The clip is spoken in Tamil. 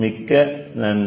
மிக்க நன்றி